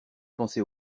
pensé